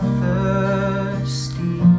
thirsty